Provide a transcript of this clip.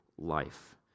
life